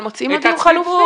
אבל מוצאים לו דיור חלופי.